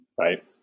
Right